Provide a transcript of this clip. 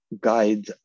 guide